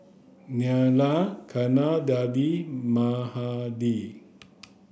Neila Kamaladevi Mahade